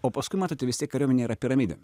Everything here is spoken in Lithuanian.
o paskui matote vis tiek kariuomenė yra piramidė